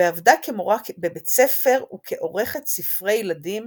ועבדה כמורה בבית ספר, וכעורכת ספרי ילדים